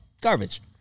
garbage